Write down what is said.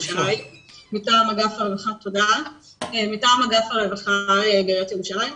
מטעם אגף הרווחה בעיריית ירושלים.